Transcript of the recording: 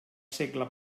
segle